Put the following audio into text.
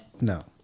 No